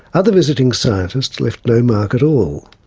other visiting scientists left no mark at all.